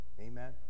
amen